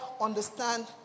understand